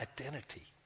identity